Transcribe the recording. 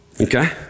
Okay